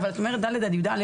את אומרת ד' עד יא',